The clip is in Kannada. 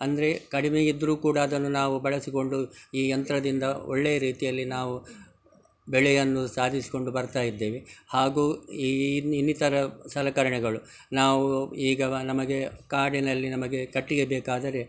ಅಂದ್ರೆ ಕಡಿಮೆ ಇದ್ದರೂ ಕೂಡ ಅದನ್ನು ನಾವು ಬಳಸಿಕೊಂಡು ಈ ಯಂತ್ರದಿಂದ ಒಳ್ಳೆಯ ರೀತಿಯಲ್ಲಿ ನಾವು ಬೆಳೆಯನ್ನು ಸಾಧಿಸಿಕೊಂಡು ಬರ್ತಾ ಇದ್ದೇವೆ ಹಾಗೂ ಈನ್ ಇನ್ನಿತರ ಸಲಕರಣೆಗಳು ನಾವು ಈಗ ನಮಗೆ ಕಾಡಿನಲ್ಲಿ ನಮಗೆ ಕಟ್ಟಿಗೆ ಬೇಕಾದರೆ